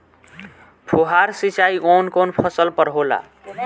फुहार सिंचाई कवन कवन फ़सल पर होला?